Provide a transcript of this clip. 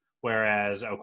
whereas